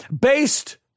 based